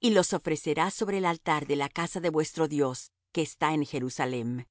y los ofrecerás sobre el altar de la casa de vuestro dios que está en jerusalem